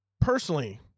personally